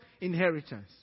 inheritance